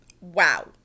wow